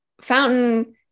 Fountain